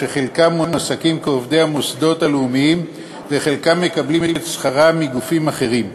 שחלקם מועסקים כעובדי המוסדות הלאומיים וחלקם מקבלים את שכרם מגופים אחרים.